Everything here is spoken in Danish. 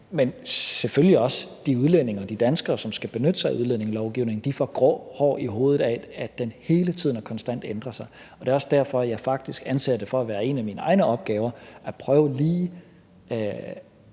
de udlændinge og de danskere, som skal benytte sig af udlændingelovgivningen, får grå hår i hovedet af, at den hele tiden og konstant ændres. Det er også derfor, at jeg faktisk anser det for at være en af mine egne opgaver lige